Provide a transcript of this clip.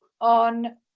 on –